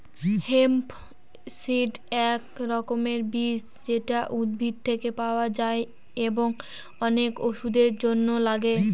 hemp seed এক রকমের বীজ যেটা উদ্ভিদ থেকে পাওয়া যায় এবং অনেক ওষুধের জন্য লাগে